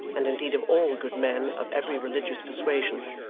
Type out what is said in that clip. and indeed of all good men of every religious persuasion,